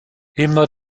immer